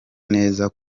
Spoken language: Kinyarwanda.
neza